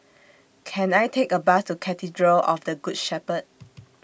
Can I Take A Bus to Cathedral of The Good Shepherd